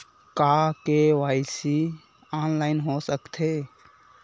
का KYC online हो सकथे?